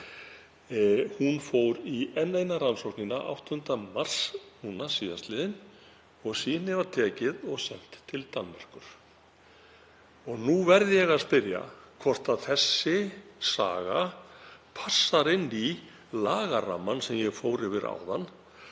Hún fór í enn eina rannsóknina 8. mars síðastliðinn og sýni var tekið og sent til Danmerkur. Nú verð ég að spyrja hvort þessi saga passar inn í lagarammann sem ég fór yfir áðan.